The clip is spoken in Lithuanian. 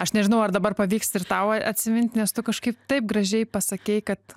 aš nežinau ar dabar pavyks ir tau a atsimint nes tu kažkaip taip gražiai pasakei kad